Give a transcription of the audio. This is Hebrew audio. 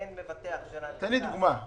תן לי דוגמה.